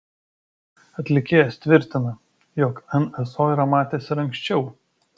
atlikėjas tvirtina jog nso yra matęs ir anksčiau